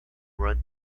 run